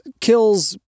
kills